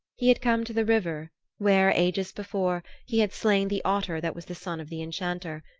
he had come to the river where, ages before, he had slain the otter that was the son of the enchanter,